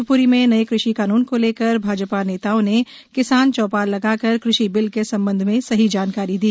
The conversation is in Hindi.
शिवप्री में नए कृषि कानून को लेकर भाजपा नेताओं ने किसान चौपाल लगाकर कृषि बिल के संबंध में सही जानकारी दी